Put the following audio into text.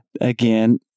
again